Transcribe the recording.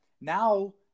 now